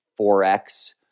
4X